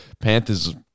Panthers